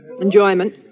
Enjoyment